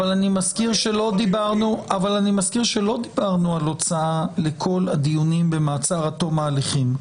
אבל אני מזכיר שלא דיברנו על הוצאה לכל הדיונים במעצר עד תום ההליכים.